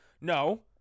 No